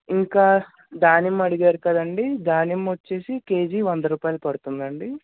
ఇంకా దానిమ్మ అడిగారు కదండి దానిమ్మ వచ్చేసి కేజీ వంద రూపాయలు పడుతుందండి